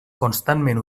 constantment